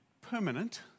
permanent